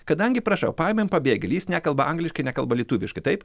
kadangi prašau paėmėm pabėgėlį jis nekalba angliškai nekalba lietuviškai taip